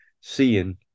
seeing